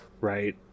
Right